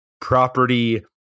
property